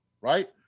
Right